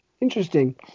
Interesting